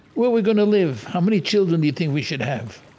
where we going to live? how many children do you think we should have?